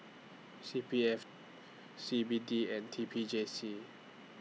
C P F C B D and T P J C